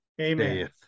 Amen